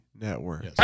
network